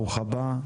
ברוך הבא.